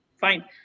Fine